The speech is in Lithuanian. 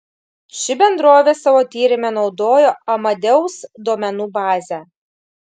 ši bendrovė savo tyrime naudojo amadeus duomenų bazę